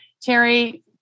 Terry